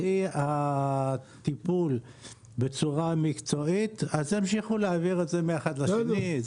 בלי הטיפול בצורה מקצועית ימשיכו להעביר את זה מאחד לשני.